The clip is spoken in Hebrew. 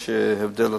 יש הבדל עצום.